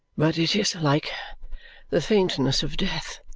but it is like the faintness of death.